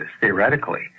theoretically